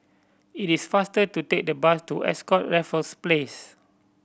it is faster to take the bus to Ascott Raffles Place